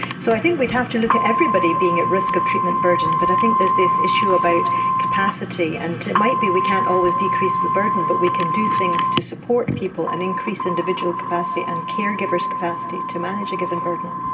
so i think we would have to look at everybody being at risk of treatment burden, but i think there is this issue about capacity, and it might be we can't always decrease the burden but we can do things to support people and increase individual capacity and caregivers' capacity to manage a given burden.